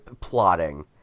plotting